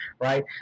right